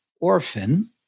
orphan